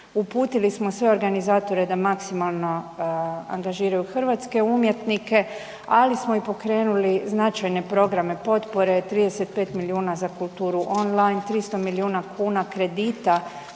Uputili smo sve organizatore da maksimalno angažiraju hrvatske umjetnike, ali smo i pokrenuli značajne programe potpore 35 milijuna za kulturu online, 300 milijuna kuna kredita